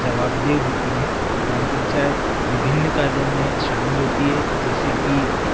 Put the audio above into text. जवाबदेह होती है ग्राम पंचायत विभिन्न कालो में शामिल होती है जैसे कि